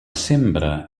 sembra